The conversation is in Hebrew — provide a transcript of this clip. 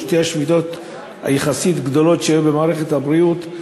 שתי השביתות הגדולות יחסית שהיו במערכת הבריאות,